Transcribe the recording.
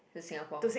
in Singapore